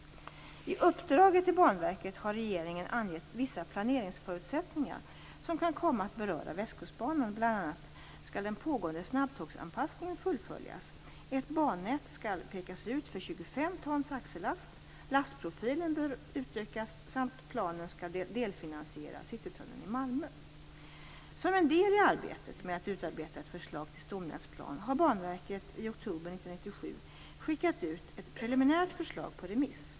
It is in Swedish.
I uppdraget till Banverket har regeringen angett vissa planeringsförutsättningar som kan komma att beröra Västkustbanan, bl.a. skall den pågående snabbtågsanpassningen fullföljas, ett bannät skall pekas ut för 25 tons axellast, lastprofilen bör utökas samt planen skall delfinansiera Som en del i arbetet med att utarbeta ett förslag till stomnätsplan har Banverket i oktober 1997 skickat ut ett preliminärt förslag på remiss.